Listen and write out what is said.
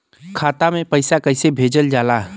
खाता में पैसा कैसे भेजल जाला?